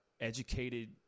educated